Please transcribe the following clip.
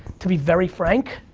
to be very frank,